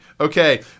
Okay